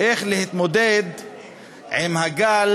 איך להתמודד עם הגל